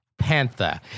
panther